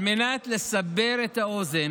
על מנת לסבר את האוזן